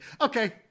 okay